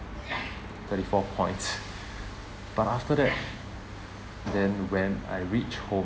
thirty four points but after that then when I reach home